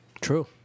True